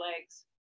legs